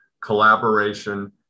collaboration